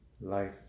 life